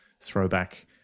throwback